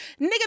Nigga